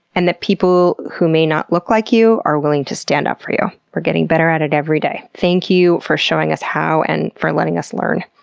and that people who may not look like you are willing to stand up for you. we're getting better at it every day. thank you for showing us how and for letting us learn.